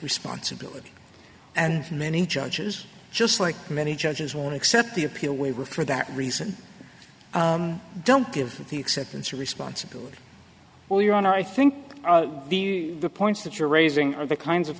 responsibility and many judges just like many judges won't accept the appeal with for that reason don't give the acceptance of responsibility or your honor i think the points that you're raising are the kinds of